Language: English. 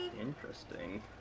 Interesting